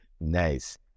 nice